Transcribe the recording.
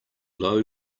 low